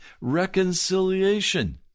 reconciliation